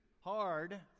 hard